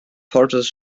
porters